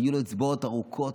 היו לו אצבעות ארוכות,